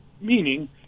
meaning